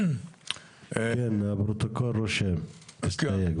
כן, הפרוטוקול רושם, תסתייג, בבקשה.